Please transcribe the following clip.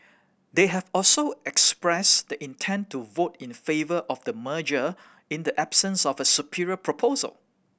they have also expressed the intent to vote in favour of the merger in the absence of a superior proposal